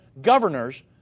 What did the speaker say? governors